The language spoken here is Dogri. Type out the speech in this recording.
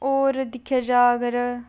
होर दिक्खेआ जा अगर